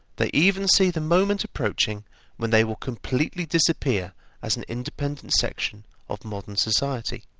they even see the moment approaching when they will completely disappear as an independent section of modern society,